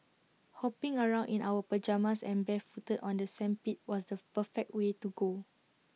hopping around in our pyjamas and barefooted on the sandpit was the perfect way to go